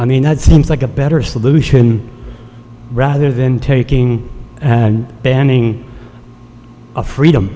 i mean i'd seems like a better solution rather than taking and banning a freedom